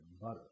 butter